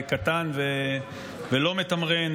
קטן ולא מתמרן,